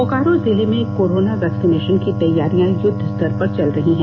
बोकारो जिले में corona vaccination की तैयारियां युद्वस्तर पर चल रही हैं